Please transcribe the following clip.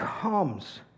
comes